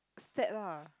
sad lah